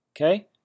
okay